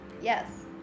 Yes